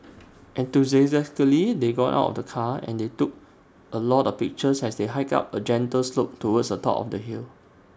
enthusiastically they got out of the car and they took A lot of pictures as they hiked up A gentle slope towards the top of the hill